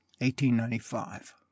1895